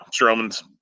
Strowman's